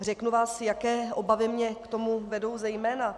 Řeknu vám, jaké obavy mne k tomu vedou zejména.